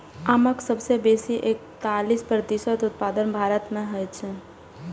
आमक सबसं बेसी एकतालीस प्रतिशत उत्पादन भारत मे होइ छै